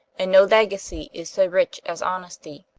and no legacy is so rich as honesty.